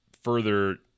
further